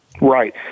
Right